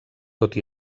tot